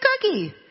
cookie